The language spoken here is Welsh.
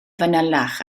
fanylach